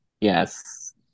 Yes